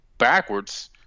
backwards